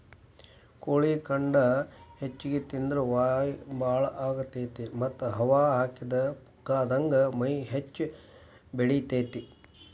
ಕೋಳಿ ಖಂಡ ಹೆಚ್ಚಿಗಿ ತಿಂದ್ರ ಕಾವ್ ಬಾಳ ಆಗತೇತಿ ಮತ್ತ್ ಹವಾ ಹಾಕಿದ ಪುಗ್ಗಾದಂಗ ಮೈ ಹೆಚ್ಚ ಬೆಳಿತೇತಿ